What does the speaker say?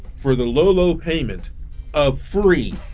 for the low-low payment of free.